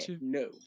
no